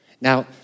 Now